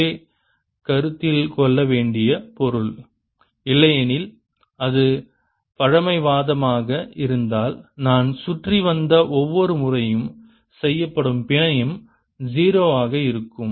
அதுவே கருத்தில் கொள்ள வேண்டிய பொருள் இல்லையெனில் அது பழமைவாதமாக இருந்தால் நான் சுற்றி வந்த ஒவ்வொரு முறையும் செய்யப்படும் பிணையம் 0 ஆக இருக்கும்